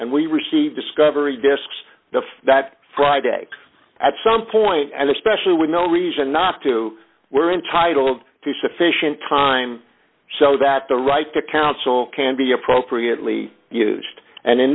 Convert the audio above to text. and we receive discovery disks that friday at some point and especially with no reason not to we're entitled to sufficient time so that the right to counsel can be appropriately used and in